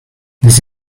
this